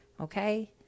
Okay